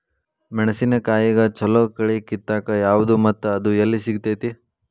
ಮೆಣಸಿನಕಾಯಿಗ ಛಲೋ ಕಳಿ ಕಿತ್ತಾಕ್ ಯಾವ್ದು ಮತ್ತ ಅದ ಎಲ್ಲಿ ಸಿಗ್ತೆತಿ?